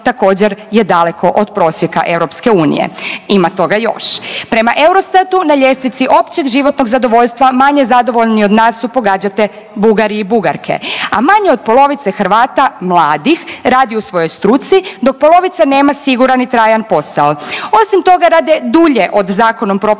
također je daleko od prosjeka EU. Ima toga još. Prema EUROSTAT-u na ljestvici općeg životnog zadovoljstva, manje zadovoljni od nas su pogađate Bugari i Bugarke, a manje od polovice Hrvata mladih radi u svojoj struci, dok polovica nema siguran i trajan posao. Osim toga, rade dulje od zakonom propisane